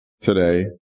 today